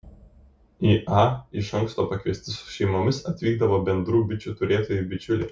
į a iš anksto pakviesti su šeimomis atvykdavo bendrų bičių turėtojai bičiuliai